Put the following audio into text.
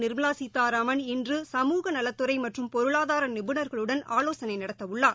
நிர்மலா கீதாராமன் இன்று சமூக நலத்துறை மற்றும் பொருளாதார நிபுனர்களுடன் ஆலோசனை நடத்தவுள்ளார்